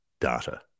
data